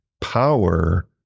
power